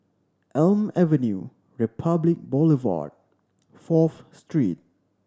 Elm Avenue Republic Boulevard Fourth Street